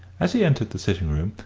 as he entered the sitting-room,